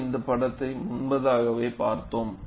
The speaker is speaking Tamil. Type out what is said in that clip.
நாம் இந்த படத்தை முன்பாகவே பார்த்தோம்